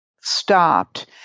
stopped